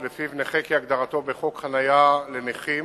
שלפיו נכה כהגדרתו בחוק חנייה לנכים,